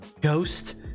Ghost